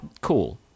cool